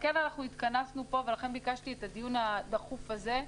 לכן, התכנסנו פה ולכן ביקשתי את הדיון הדחוף הזה.